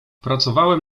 pracowałem